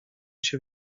się